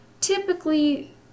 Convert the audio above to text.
typically